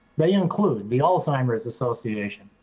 they include the alzheimer's association,